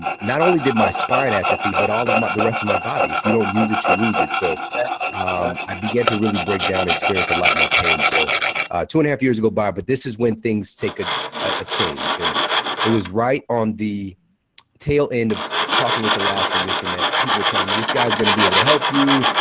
not only did my spine atrophy but all the rest of my body. if you don't use it, you lose it. so i began to really break down, experienced a lot more pain. so two and a half years go by, but this is when things take a ah change. and it was right on the tail end of talking with the last physician that people were telling me this guy is going to be able to help you.